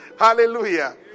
hallelujah